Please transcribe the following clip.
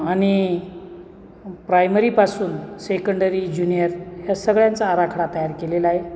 आणि प्रायमरीपासून secondary junior या सगळ्यांचा आराखडा तयार केलेला आहे